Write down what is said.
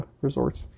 resorts